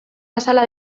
azala